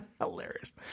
Hilarious